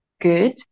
good